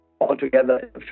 altogether